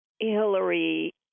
Hillary